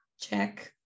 Check